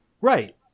Right